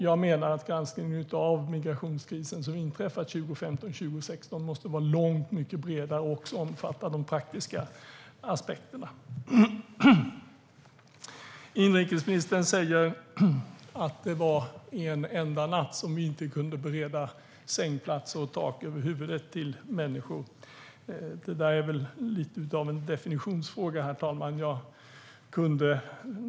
Jag menar att granskningen av den migrationskris som inträffat 2015-2016 måste vara långt mycket bredare och också omfatta de praktiska aspekterna. Inrikesministern säger att det var en enda natt som vi inte kunde bereda sängplatser och tak över huvudet till människor. Det där är väl lite av en definitionsfråga, herr talman.